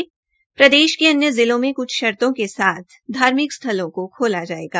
प्रदेश के अन्य जिलों में कुछ भार्तों के साथ धार्मिक स्थलों को खोला जायेगा